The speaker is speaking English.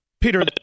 Peter